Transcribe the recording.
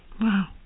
Wow